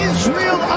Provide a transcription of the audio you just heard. Israel